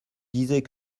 disais